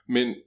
Men